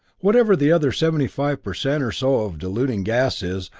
whatever the other seventy-five per cent or so of diluting gas is,